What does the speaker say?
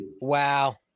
wow